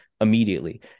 immediately